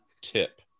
tip